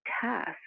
task